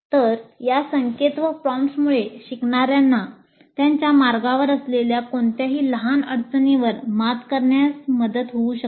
तर या संकेत व प्रॉम्प्ट्समुळे शिकणाऱ्यांना त्यांच्या मार्गावर असलेल्या कोणत्याही लहान अडचणींवर मात करण्यास मदत होऊ शकते